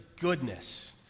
goodness